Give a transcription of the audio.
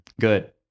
Good